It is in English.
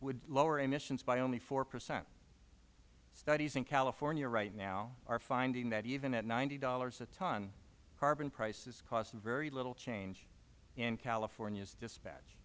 would lower emission by only four percent studies in california right now are finding that even at ninety dollars a ton carbon prices cause very little change in california's dispatch